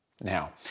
Now